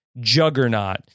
juggernaut